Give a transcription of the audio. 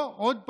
או, עוד פעם,